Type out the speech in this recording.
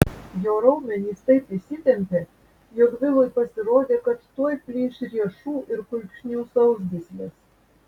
jo raumenys taip įsitempė jog vilui pasirodė kad tuoj plyš riešų ir kulkšnių sausgyslės